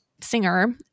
singer